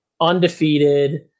undefeated